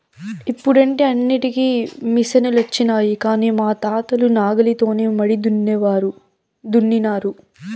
ఇప్పుడంటే అన్నింటికీ మిసనులొచ్చినాయి కానీ మా తాతలు నాగలితోనే మడి దున్నినారు